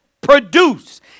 produce